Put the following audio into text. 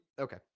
okay